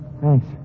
Thanks